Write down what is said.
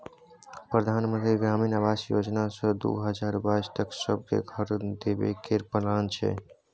परधान मन्त्री ग्रामीण आबास योजना सँ दु हजार बाइस तक सब केँ घर देबे केर प्लान छै